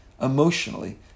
emotionally